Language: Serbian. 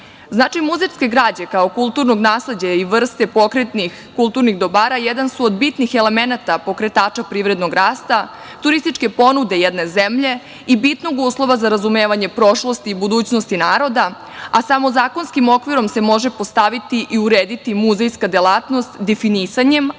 muzejske građe kao kulturnog nasleđa i vrste pokretnih kulturnih dobara jedan su od bitnih elemenata pokretača privrednog rasta, turističke ponude, jedne zemlje i bitnog uslova za razumevanje prošlosti i budućnosti naroda, a samo zakonskim okvirom se može postaviti i urediti muzejska delatnost definisanjem, ali